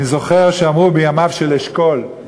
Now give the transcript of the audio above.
אני זוכר שאמרו בימיו של אשכול,